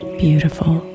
beautiful